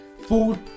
food